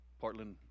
Portland